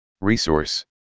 Resource